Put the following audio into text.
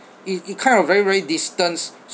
it it kind of very very distant